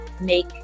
make